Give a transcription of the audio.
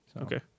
Okay